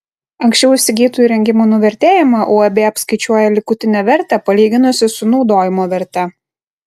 anksčiau įsigytų įrengimų nuvertėjimą uab apskaičiuoja likutinę vertę palyginusi su naudojimo verte